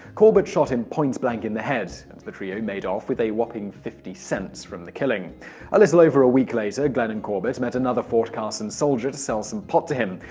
corbett shot him point blank in the head and the trio made off with a whopping fifty cents from the killing. a little over a week later, glenn and corbett met another fort carson soldier to sell some pot to him.